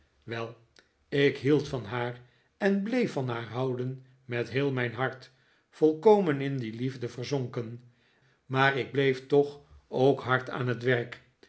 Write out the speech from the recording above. wel ik hield van haar en bleef van haar houden met heel mijn hart volkomen in die liefde verzonken maar ik bleef toch ook hard aan het werk